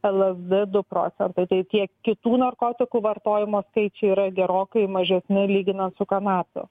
lsd du procentai tai tie kitų narkotikų vartojimo skaičiai yra gerokai mažesni lyginant su kanapių